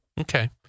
Okay